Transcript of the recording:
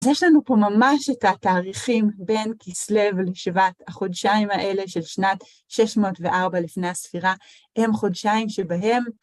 אז יש לנו פה ממש את התאריכים בין כיסלו לשבט. החודשיים האלה של שנת 604 לפני הספירה הם חודשיים שבהם